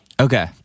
Okay